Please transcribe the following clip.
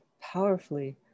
powerfully